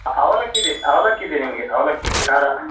ಅ ಅವಲಕ್ಕಿ ಇದೆ ಅವಲಕ್ಕಿ ಇದೆ ನಿಮಗೆ ಅವಲಕ್ಕಿ ಖಾರ